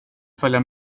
följa